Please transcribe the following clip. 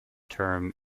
term